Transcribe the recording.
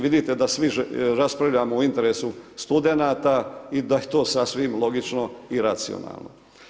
Vidite, da svi raspravljamo u interesu studenata i da je to sasvim logično i racionalno.